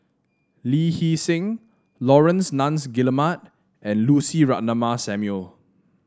Lee Hee Seng Laurence Nunns Guillemard and Lucy Ratnammah Samuel